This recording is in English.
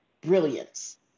brilliance